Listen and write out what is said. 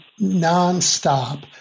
nonstop